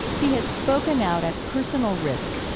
he has spoken out at personal risk,